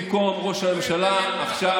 במקום ראש הממשלה עכשיו,